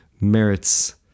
merits